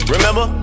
Remember